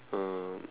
um